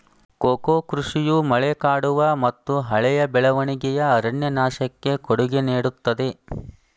cocoa ಕೃಷಿಯು ಮಳೆಕಾಡುಮತ್ತುಹಳೆಯ ಬೆಳವಣಿಗೆಯ ಅರಣ್ಯನಾಶಕ್ಕೆ ಕೊಡುಗೆ ನೇಡುತ್ತದೆ